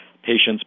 Patients